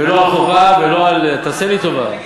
ולא על חובה, ולא על, תעשה לי טובה.